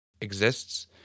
exists